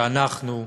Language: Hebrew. שאנחנו,